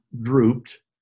drooped